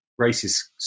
racist